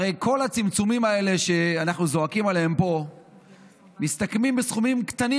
הרי כל הצמצומים האלה שאנחנו זועקים עליהם פה מסתכמים בסכומים קטנים,